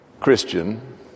Christian